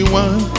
one